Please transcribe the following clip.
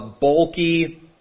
bulky